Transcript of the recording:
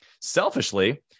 selfishly